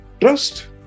trust